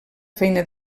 feina